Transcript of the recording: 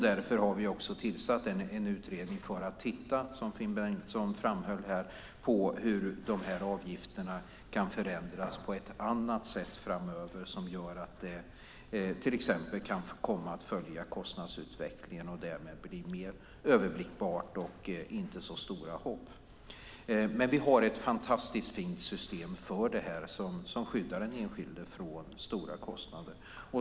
Därför har vi också, som Finn Bengtsson framhöll, tillsatt en utredning som ska titta på hur avgifterna kan förändras på ett annat sätt framöver som gör att de till exempel kan komma att följa kostnadsutvecklingen och att det därmed blir mer överblickbart utan så stora hopp. Vi har ett fantastiskt fint system för detta som skyddar den enskilde för höga kostnader.